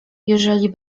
jeżeli